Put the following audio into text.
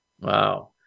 Wow